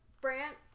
Brant